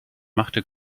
machte